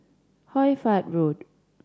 Hoy Fatt Road